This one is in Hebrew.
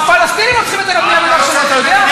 הפלסטינים הופכים את הבנייה, אתה יודע?